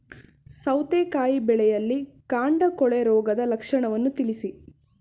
ಸೌತೆಕಾಯಿ ಬೆಳೆಯಲ್ಲಿ ಕಾಂಡ ಕೊಳೆ ರೋಗದ ಲಕ್ಷಣವನ್ನು ತಿಳಿಸಿ?